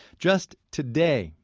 just today,